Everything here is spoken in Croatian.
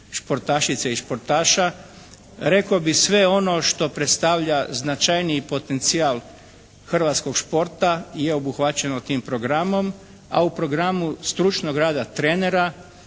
športašice i športaša. Rekao bih sve ono što predstavlja značajniji potencijal hrvatskog športa je obuhvaćeno tim programom, a u programu stručnog rada trenera